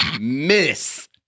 miss